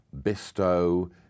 Bisto